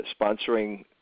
sponsoring